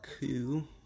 coup